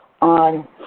on